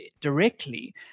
directly